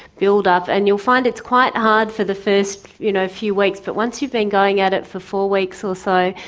build up, and you'll find it's quite hard for the first you know few weeks, but once you've been going at it for four weeks or so,